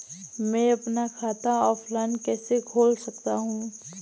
मैं अपना खाता ऑफलाइन कैसे खोल सकता हूँ?